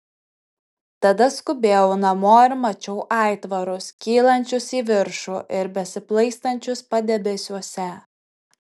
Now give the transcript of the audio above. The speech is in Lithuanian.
tada skubėjau namo ir mačiau aitvarus kylančius į viršų ir besiplaikstančius padebesiuose